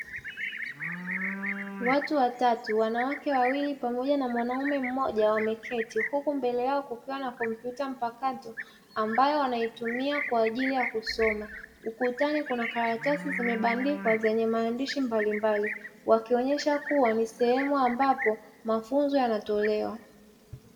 Watu watatu, wanawake wawili pamoja na mwanaume mmoja wameketi huku mbele yao kukiwa na kompyuta mpakato ambayo wanaitumia kwa ajili ya kusoma, ukutani kuna karatasi zimebandikwa zenye maandishi mbalimbali wakionyesha kuwa ni sehemu ambapo mafunzo yanatolewa.